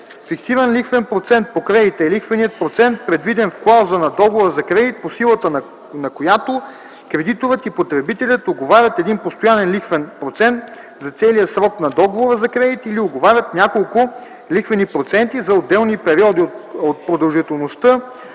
„Фиксиран лихвен процент по кредита” е лихвеният процент, предвиден в клауза на договора за кредит, по силата на която кредиторът и потребителят уговарят един постоянен лихвен процент за целия срок на договора за кредит или уговарят няколко лихвени проценти за отделни периоди от продължителността